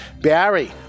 Barry